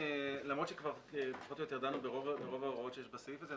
למרות שכבר פחות או יותר דנו ברוב ההוראות שיש בסעיף הזה,